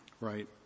Right